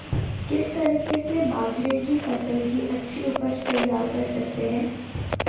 किस तरीके से बाजरे की फसल की अच्छी उपज तैयार कर सकते हैं?